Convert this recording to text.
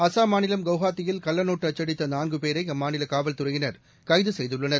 அசாம் மாநிலம் குவஹாத்தியில் கள்ளநோட்டு அச்சடித்த நான்கு பேரை அம்மாநில காவல்துறையினர் கைது செய்துள்ளனர்